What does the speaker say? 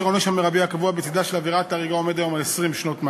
אשר העונש המרבי הקבוע בצדה עומד היום על 20 שנות מאסר,